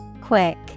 Quick